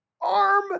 arm